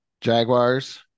Jaguars